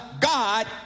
God